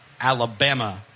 Alabama